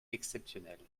exceptionnelles